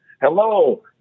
hello